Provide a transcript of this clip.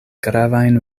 gravajn